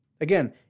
Again